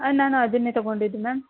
ಹಾಂ ನಾನು ಅದನ್ನೆ ತಗೊಂಡಿದ್ದು ಮ್ಯಾಮ್